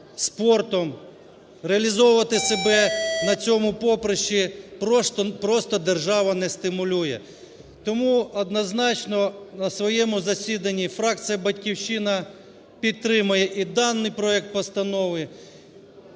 спортом, реалізовувати себе на цьому поприщі, просто держава не стимулює. Тому однозначно на своєму засіданні фракція "Батьківщина" підтримає і даний проект постанови.